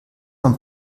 man